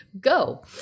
go